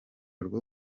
rwo